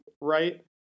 right